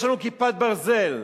יש לנו "כיפת ברזל",